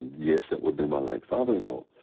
yes, that would be my late father-in-law.